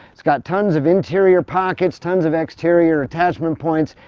it's got tons of interior pockets, tons of exterior attachment points.